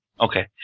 Okay